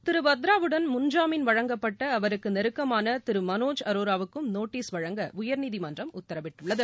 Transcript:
திரு வத்ராவுடன் முன் ஜாமீன் வழங்கப்பட்ட அவருக்கு நெருக்கமான திரு மனோஜ் அரோரவுக்கும் நோட்டீஸ் வழங்க உயர்நீதிமன்றம் உத்தரவிட்டுள்ளது